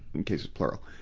in cases, plural.